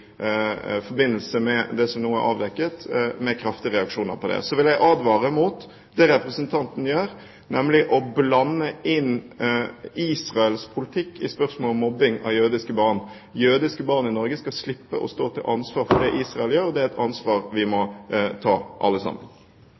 forbindelse med det som nå er avdekket. Så vil jeg advare mot det representanten gjør, nemlig å blande inn Israels politikk i spørsmålet om mobbing av jødiske barn. Jødiske barn i Norge skal slippe å stå til ansvar for det Israel gjør, og det er et ansvar vi må ta alle sammen.